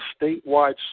statewide